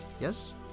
yes